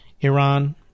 Iran